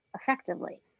effectively